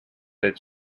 its